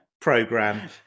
program